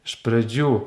iš pradžių